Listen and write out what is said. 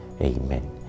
Amen